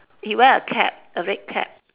he wear a cap a red cap